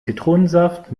zitronensaft